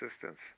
assistance